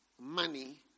money